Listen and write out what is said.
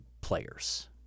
players